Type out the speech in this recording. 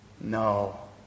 No